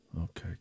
Okay